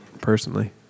personally